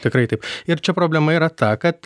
tikrai taip ir čia problema yra ta kad